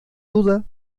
duda